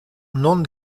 non